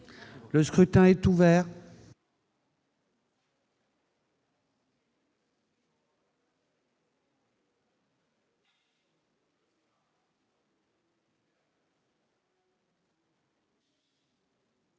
Le scrutin est ouvert.